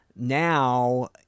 Now